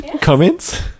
Comments